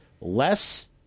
less